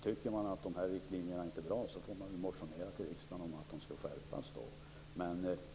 Tycker man att dessa riktlinjer inte är bra får man väl motionera till riksdagen om att de skall skärpas.